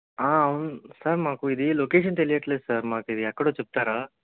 అవును సార్ మాకు ఇది లొకేషన్ తెలియడం లేదు సార్ మాకిది ఎక్కడో చెప్తారా